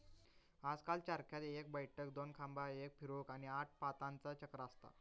आजकल चरख्यात एक बैठक, दोन खांबा, एक फिरवूक, आणि आठ पातांचा चक्र असता